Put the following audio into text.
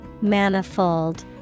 Manifold